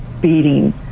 beating